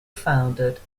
founded